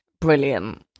Brilliant